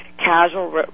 casual